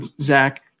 Zach